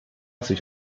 sich